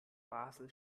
basel